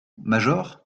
major